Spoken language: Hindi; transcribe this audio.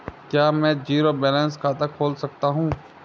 क्या मैं ज़ीरो बैलेंस खाता खोल सकता हूँ?